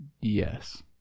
Yes